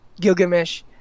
Gilgamesh